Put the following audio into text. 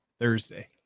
Thursday